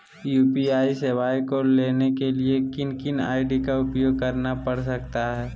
UPI सेवाएं को लाने के लिए किन किन आई.डी का उपयोग करना पड़ सकता है?